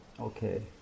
Okay